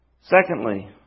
Secondly